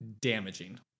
damaging